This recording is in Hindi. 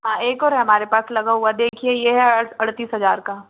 हाँ एक और है हमारे पास लगा हुआ देखिए ये है अड़तीस हजार का